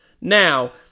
Now